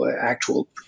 actual